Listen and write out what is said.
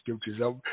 scriptures